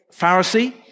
Pharisee